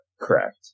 correct